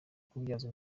kubyazwa